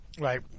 Right